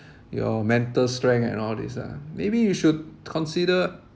your mental strength and all this ah maybe you should consider